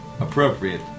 appropriate